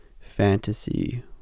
fantasy